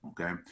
okay